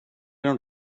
don’t